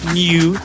new